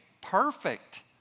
Perfect